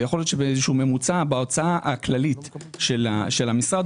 יכול להיות שבאיזשהו ממוצע בהוצאה הכללית של המשרד,